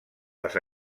les